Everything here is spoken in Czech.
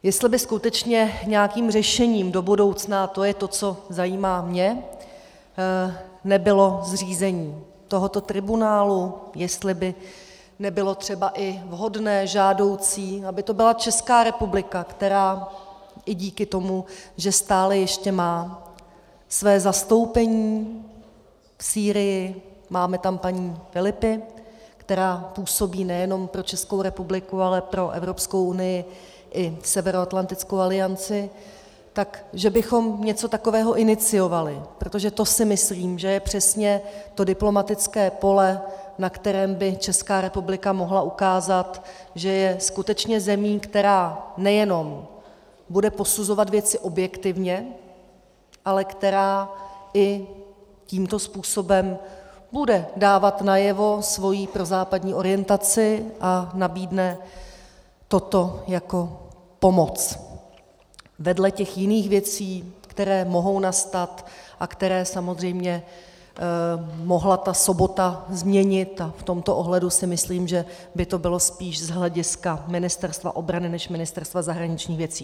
Jestli by skutečně nějakým řešením do budoucna, a to je to, co zajímá mě, nebylo zřízení tohoto tribunálu, jestli by nebylo třeba i vhodné, žádoucí, aby to byla Česká republika, která i díky tomu, že stále ještě má své zastoupení v Sýrii, máme tam paní Filipi, která působí nejenom pro ČR, ale i pro EU a Severoatlantickou alianci, tak že bychom něco takového iniciovali, protože to si myslím, že je přesně to diplomatické pole, na kterém by ČR mohla ukázat, že je skutečně zemí, která nejenom bude posuzovat věci objektivně, ale která i tímto způsobem bude dávat najevo svoji prozápadní orientaci a nabídne toto jako pomoc vedle jiných věcí, které mohou nastat a které samozřejmě mohla ta sobota změnit, a v tomto ohledu si myslím, že by to bylo spíš z hlediska Ministerstva obrany než Ministerstva zahraničních věcí.